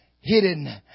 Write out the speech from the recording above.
hidden